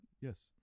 Yes